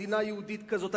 במדינה יהודית כזאת,